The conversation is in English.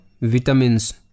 vitamins